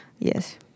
Yes